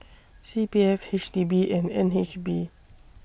C P F H D B and N H B